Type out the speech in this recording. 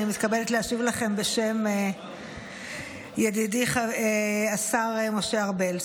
אני מתכבדת להשיב לכם בשם ידידי השר משה ארבל,